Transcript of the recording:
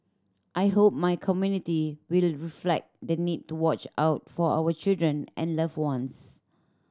I hope my community will reflect the need to watch out for our children and loved ones